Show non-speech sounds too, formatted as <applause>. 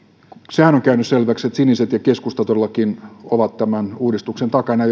sehän on käynyt selväksi että siniset ja keskusta todellakin ovat tämän uudistuksen takana <unintelligible>